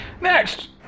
Next